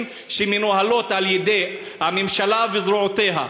שמנוהלות על-ידי הממשלה וזרועותיה.